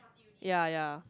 ya ya